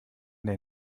der